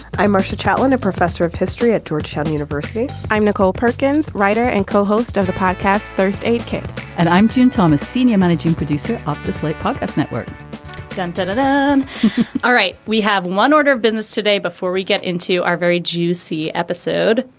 i'm marcia chatwin, a professor of history at georgetown university. i'm nicole perkins, writer and co-host of the podcast first aid kit and i'm tuned thomas, senior managing producer of this slate puckett's network centered and um all right. we have one order of business today before we get into our very juicy episode.